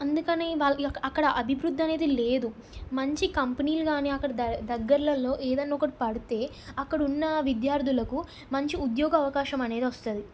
అందుకనే వాళ్ళకు అక్కడ అభివృద్ధి అనేది లేదు మంచి కంపెనీలు గానీ అక్కడ దగ్గర దగ్గర్లలో ఏదైనా ఒకటి పడితే అక్కడున్న విద్యార్థులకు మంచి ఉద్యోగ అవకాశం అనేది వస్తుంది